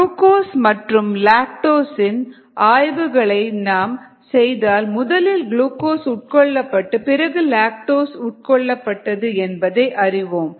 glucose மற்றும் lactose இன் ஆய்வு செய்தால் முதலில் குளூகோஸ் உட்கொள்ளப்பட்டு பிறகு லாக்டோஸ் உட் கொள்ளப்பட்டது என்பதை அறிவோம்